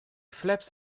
flaps